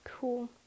Cool